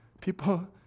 People